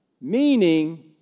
meaning